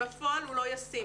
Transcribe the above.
בפועל הוא לא ישים.